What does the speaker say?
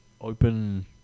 Open